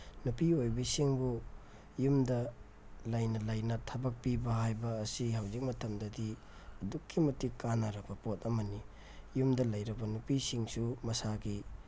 ꯅꯨꯄꯤꯑꯣꯏꯕꯤꯁꯤꯡꯕꯨ ꯌꯨꯝꯗ ꯂꯩꯅ ꯂꯩꯅ ꯊꯕꯛ ꯄꯤꯕ ꯍꯥꯏꯕ ꯑꯁꯤ ꯍꯧꯖꯤꯛ ꯃꯇꯝꯗꯗꯤ ꯑꯗꯨꯛꯀꯤ ꯃꯇꯤꯛ ꯀꯥꯟꯅꯔꯕ ꯄꯣꯠ ꯑꯃꯅꯤ ꯌꯨꯝꯗ ꯂꯩꯔꯕ ꯅꯨꯄꯤꯁꯤꯡꯁꯨ ꯃꯁꯥꯒꯤ